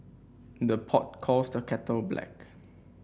the pot calls the kettle black